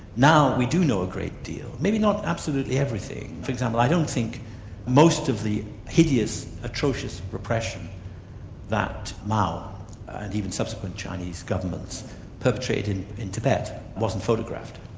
now we do know a great deal, maybe not absolutely everything, for example i don't think most of the hideous, atrocious repression that mao and even subsequent chinese governments perpetrated in tibet wasn't photographed,